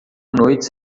noites